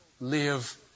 Live